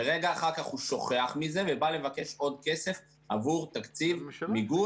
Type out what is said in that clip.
ורגע אחר כך הוא שוכח מזה ובא לבקש עוד כסף עבור תקציב מיגון.